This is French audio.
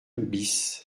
bis